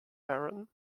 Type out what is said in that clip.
aaron